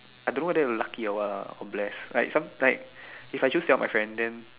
I don't whether I am lucky or what lah or bless like some like if I choose tell my friend then